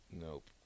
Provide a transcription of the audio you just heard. nope